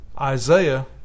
Isaiah